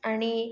आणि